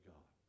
God